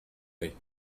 retz